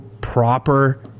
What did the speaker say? proper